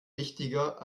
wichtiger